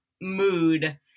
mood